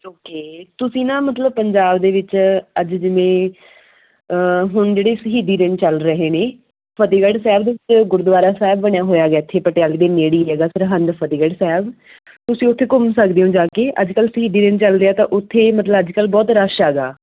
okay ਤੁਸੀਂ ਨਾ ਮਤਲਬ ਪੰਜਾਬ ਦੇ ਵਿੱਚ ਅੱਜ ਜਿਵੇਂ ਹੁਣ ਜਿਹੜੇ ਸ਼ਹੀਦੀ ਦਿਨ ਚੱਲ ਰਹੇ ਨੇ ਫਤਿਹਗੜ੍ਹ ਸਾਹਿਬ ਦੇ ਵਿੱਚ ਗੁਰਦੁਆਰਾ ਸਾਹਿਬ ਬਣਿਆ ਹੋਇਆ ਗਾ ਇੱਥੇ ਪਟਿਆਲੇ ਦੇ ਨੇੜੇ ਹੀ ਹੈਗਾ ਸਰਹਿੰਦ ਫਤਿਹਗੜ੍ਹ ਸਾਹਿਬ ਤੁਸੀਂ ਉੱਥੇ ਘੁੰਮ ਸਕਦੇ ਹੋ ਜਾ ਕੇ ਅੱਜ ਕੱਲ੍ਹ ਸ਼ਹੀਦੀ ਦਿਨ ਚੱਲਦੇ ਆ ਤਾਂ ਉੱਥੇ ਮਤਲਬ ਅੱਜ ਕੱਲ੍ਹ ਬਹੁਤ ਰਸ਼ ਹੈਗਾ